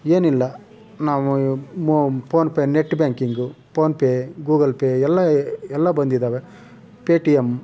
ಏನಿಲ್ಲ ನಾವು ಮೊ PhonePe net banking PhonePe Google Pay ಎಲ್ಲ ಎಲ್ಲ ಬಂದಿದ್ದಾವೆ ಪೇ ಟಿ ಎಮ್